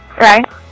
Right